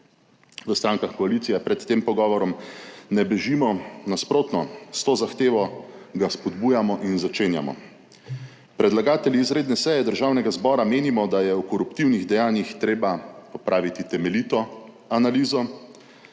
V strankah koalicije pred tem pogovorom ne bežimo, nasprotno, s to zahtevo ga spodbujamo in začenjamo. Predlagatelji izredne seje Državnega zbora menimo, da je v koruptivnih dejanjih treba opraviti temeljito analizo